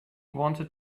wanted